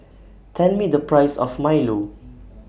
Tell Me The Price of Milo